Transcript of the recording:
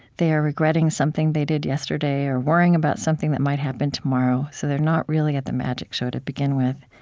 they are regretting something they did yesterday, or worrying about something that might happen tomorrow, so they're not really at the magic show to begin with.